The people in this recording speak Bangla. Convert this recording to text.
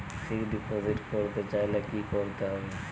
ফিক্সডডিপোজিট করতে চাইলে কি করতে হবে?